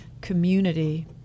community